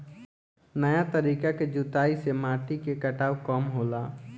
नया तरीका के जुताई से माटी के कटाव कम होला